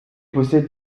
possède